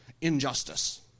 injustice